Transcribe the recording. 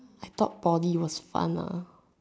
I thought Poly was fun ah